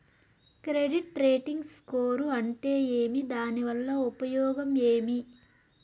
Credit rating score అంటే ఏమి దాని వల్ల ఉపయోగం ఏమి?